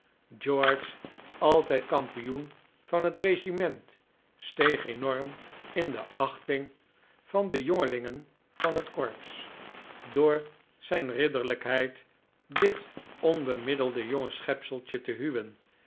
george altijd kampioen van het regiment steeg enorm in de achting van de jongelingen van het corps door zijn ridderlijkheid dit onbemiddelde jonge schepseltje te huwen